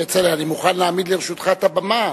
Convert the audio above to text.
כצל'ה, אני מוכן להעמיד לרשותך את הבמה,